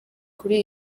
kuri